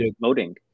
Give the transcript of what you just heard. voting